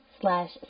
slash